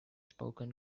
spoken